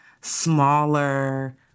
smaller